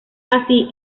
así